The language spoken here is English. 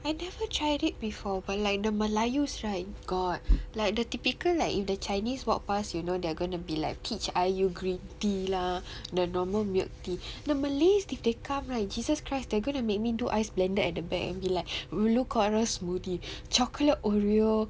I never tried it before but like the Melayu right god like the typical like if the Chinese walk pass you know they're gonna be like peach green tea lah the normal milk tea the Malays if they come right jesus christ they're gonna make me do ice blended at the back and be like blue coral smoothie chocolate oreo